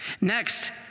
Next